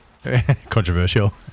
Controversial